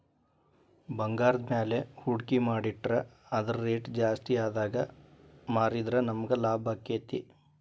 ಭಂಗಾರದ್ಮ್ಯಾಲೆ ಹೂಡ್ಕಿ ಮಾಡಿಟ್ರ ಅದರ್ ರೆಟ್ ಜಾಸ್ತಿಆದಾಗ್ ಮಾರಿದ್ರ ನಮಗ್ ಲಾಭಾಕ್ತೇತಿ